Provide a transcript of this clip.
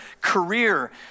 career